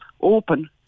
open